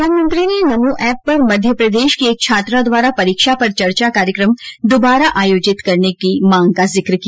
प्रधानमंत्री ने नमो एप पर मध्यप्रदेश की एक छात्रा द्वारा परीक्षा पर चर्चा कार्यक्रम द्वारा आयोजित करने की मांग का जिक्र किया